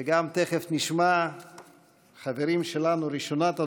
ותכף נשמע חברים שלנו, ראשונת הדוברים,